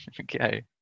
okay